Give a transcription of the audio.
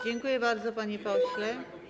Dziękuję bardzo, panie pośle.